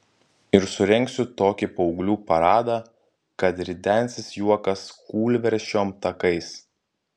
ir surengsiu tokį paauglių paradą kad ridensis juokas kūlversčiom takais